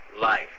life